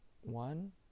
one